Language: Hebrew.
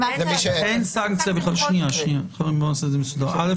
אין סנקציה בכלל, אני מבין.